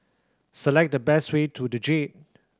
select the best way to The Jade